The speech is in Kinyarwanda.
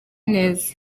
neza